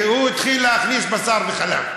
הוא התחיל להכניס בשר וחלב.